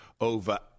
over